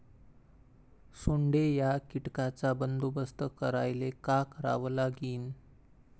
सोंडे या कीटकांचा बंदोबस्त करायले का करावं लागीन?